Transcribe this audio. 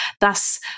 thus